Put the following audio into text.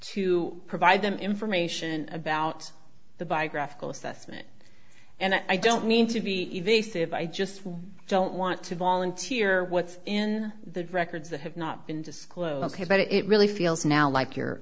to provide them information about the biographical assessment and i don't mean to be evasive i just don't want to volunteer what's in the records that have not been disclosed ok but it really feels now like you're